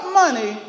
money